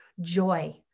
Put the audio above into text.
Joy